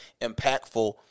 impactful